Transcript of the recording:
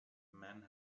men